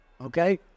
okay